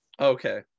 okay